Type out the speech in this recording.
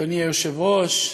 אדוני היושב-ראש,